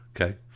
Okay